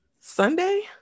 sunday